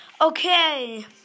Okay